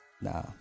nah